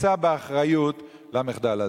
מי יישא באחריות למחדל הזה?